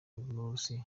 burusiya